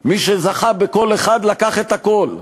מי שזכה בקול אחד לקח את הכול.